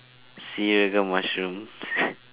seeragam mushroom